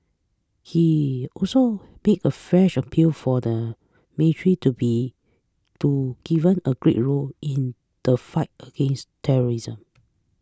he also made a fresh appeal for the military to be to given a greater role in the fight against terrorism